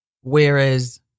Whereas